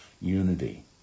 unity